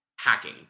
hacking